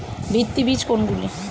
ভিত্তি বীজ কোনগুলি?